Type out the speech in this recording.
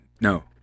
No